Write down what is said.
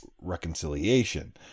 reconciliation